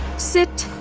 sit.